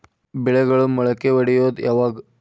ಬೆಳೆಗಳು ಮೊಳಕೆ ಒಡಿಯೋದ್ ಯಾವಾಗ್?